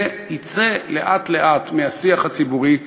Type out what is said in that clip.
זה יצא לאט-לאט מהשיח הציבורי,